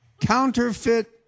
Counterfeit